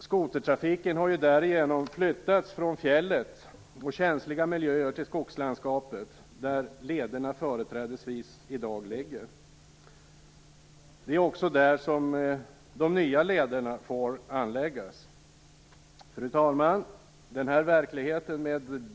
Skotertrafiken har därigenom flyttats från fjället och känsliga miljöer till skogslandskapet, där lederna företrädesvis i dag ligger. Det är också där de nya lederna får anläggas. Fru talman!